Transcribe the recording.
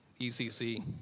ECC